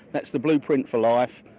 that's the blueprint for life,